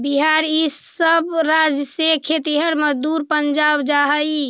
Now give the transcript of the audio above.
बिहार इ सब राज्य से खेतिहर मजदूर पंजाब जा हई